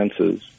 dances